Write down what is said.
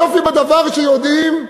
היופי בדבר שיודעים,